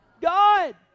God